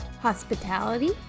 hospitality